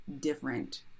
different